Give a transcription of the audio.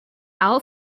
out